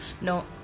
no